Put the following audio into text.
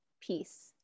peace